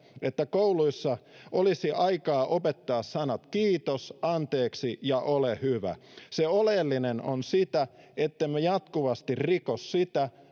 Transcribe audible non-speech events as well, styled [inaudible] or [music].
että kouluissa olisi aikaa opettaa sanat kiitos anteeksi ja ole hyvä se oleellinen on sitä ettemme jatkuvasti riko sitä [unintelligible]